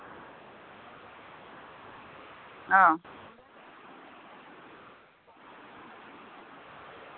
ᱚ